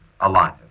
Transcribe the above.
alive